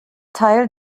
teil